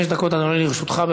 חמש דקות, אדוני, לרשותך.